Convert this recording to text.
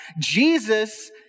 Jesus